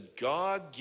God